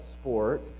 sport